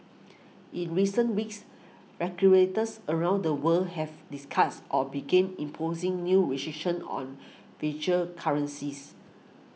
in recent weeks regulators around the world have discussed or begin imposing new restrictions on virtual currencies